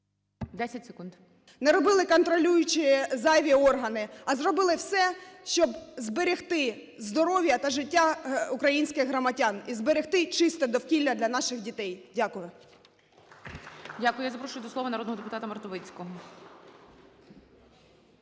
В.Л. ... не робили контролюючі зайві органи, а зробили все, щоб зберегти здоров'я та життя українських громадян і зберегти чисте довкілля для наших дітей. Дякую. ГОЛОВУЮЧИЙ. Дякую. Я запрошую до слова народного депутата Мартовицького.